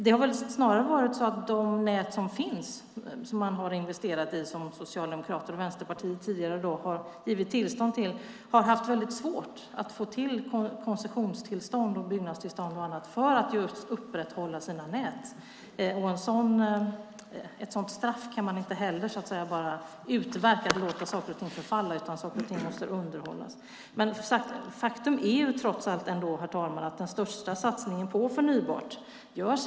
Det har varit svårt att få koncessionstillstånd och byggnadstillstånd för att upprätthålla de nät som redan finns och som man har investerat i - de nät och som Socialdemokraterna och Vänsterpartiet tidigare har givit tillstånd till. Ett sådant straff kan man inte bara utverka och låta saker och ting förfalla. Saker och ting måste underhållas. Faktum är ändå att Sverige gör den största satsningen på förnybart.